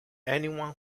anyone